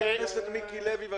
זה